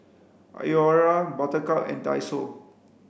Iora Buttercup and Daiso